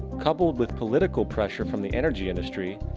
coupled with political pressure from the energy industry,